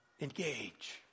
engage